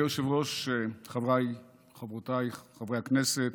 אדוני היושב-ראש, חבריי וחברותיי חברי הכנסת,